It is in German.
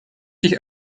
sich